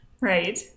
Right